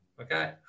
Okay